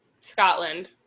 scotland